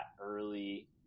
early